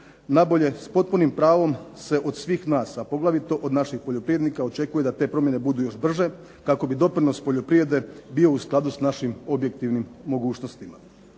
nabolje s potpunim pravom se od svih nas, a poglavito od naših poljoprivrednika očekuje da te promjene budu još brže kako bi doprinos poljoprivrede bio u skladu s našim objektivnim mogućnostima.